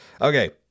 Okay